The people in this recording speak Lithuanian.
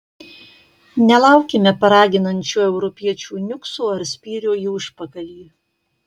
nelaukime paraginančio europiečių niukso ar spyrio į užpakalį